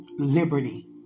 liberty